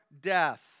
death